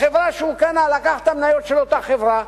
בחברה שהוא קנה לקח את המניות של אותה חברה,